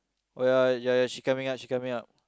oh ya ya ya she coming up she coming up